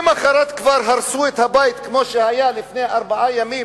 למחרת כבר הרסו את הבית, כמו שהיה לפני ארבעה ימים